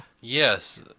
yes